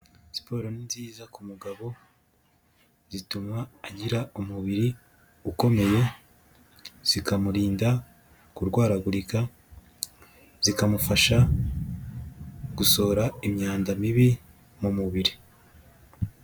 Siporo ni nziza ku mugabo, zituma agira umubiri ukomeye, zikamurinda kurwaragurika, zikamufasha gusohora imyanda mibi mu mubiri.